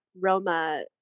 Roma